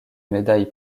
médaille